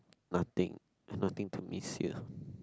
nothing I nothing to miss here